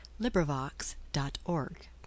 LibriVox.org